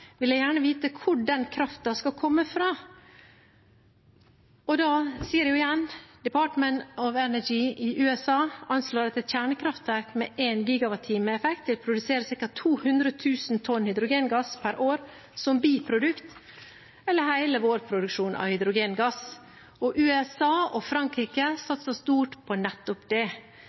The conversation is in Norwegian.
vil jeg gjerne vite hvor den kraften skal komme fra. Da sier jeg igjen: Department of Energy i USA anslår at et kjernekraftverk med 1 GWh effekt vil produsere ca. 200 000 tonn hydrogengass per år som biprodukt, eller hele vår produksjon av hydrogengass. USA og Frankrike satser stort på nettopp det.